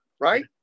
Right